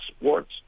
sports